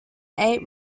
eight